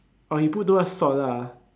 oh he put too much salt lah